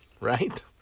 Right